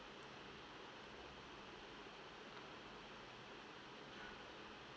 uh